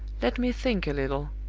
let me think a little.